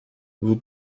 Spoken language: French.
vous